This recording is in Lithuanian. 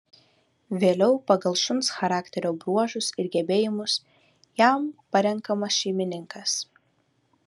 vėliau pagal šuns charakterio bruožus ir gebėjimus jam parenkamas šeimininkas